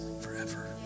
forever